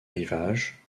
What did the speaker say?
rivages